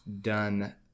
done